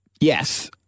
Yes